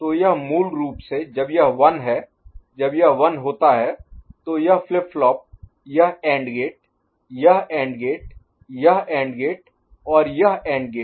तो मूल रूप से जब यह 1 है जब यह 1 होता है तो यह फ्लिप फ्लॉप यह AND गेट यह AND गेट यह AND गेट और यह AND गेट